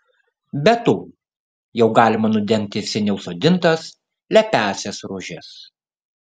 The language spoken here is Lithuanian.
be to jau galima nudengti seniau sodintas lepiąsias rožes